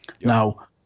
Now